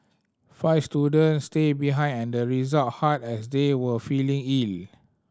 five students stayed behind at the rest hut as they were feeling ill